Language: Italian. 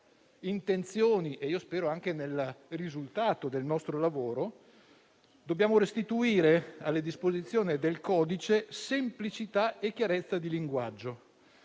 intenzioni e spero anche nel risultato del nostro lavoro - dobbiamo restituire alle disposizioni del codice semplicità e chiarezza di linguaggio.